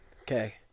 okay